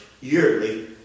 yearly